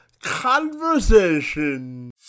conversation